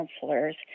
counselors